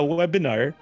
webinar